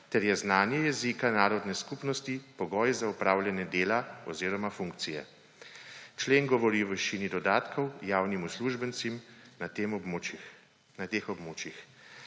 ter je znanje jezika narodne skupnosti pogoj za opravljanje dela oziroma funkcije. Člen govori o višini dodatkov javnim uslužbencem na teh območjih.